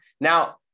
Now